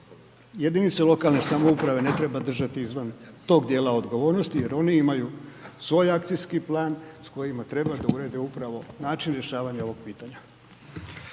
Jedinice lokalne samouprave ne treba držati izvan tog dijela odgovornosti jer oni imaju svoj akcijski plan s kojima treba da urede upravo način rješavanja ovog pitanja.